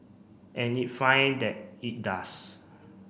and if fine that it does